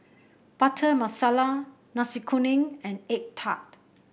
Butter Masala Nasi Kuning and egg tart